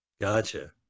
Gotcha